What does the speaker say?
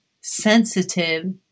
sensitive